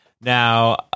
Now